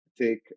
take